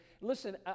listen